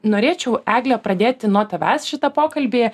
norėčiau egle pradėti nuo tavęs šitą pokalbį